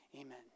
amen